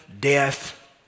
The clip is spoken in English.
death